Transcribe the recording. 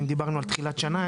אם דיברנו על תחילת שנה,